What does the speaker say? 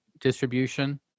distribution